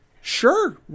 Sure